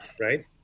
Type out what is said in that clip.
Right